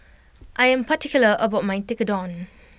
I am particular about my Tekkadon